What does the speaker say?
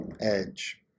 Edge